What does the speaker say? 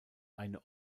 eine